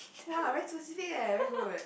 !wah! very specific eh very good